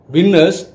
Winners